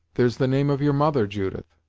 there's the name of your mother, judith.